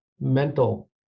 mental